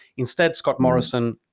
instead, scott morrison,